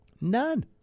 None